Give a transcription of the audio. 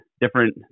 different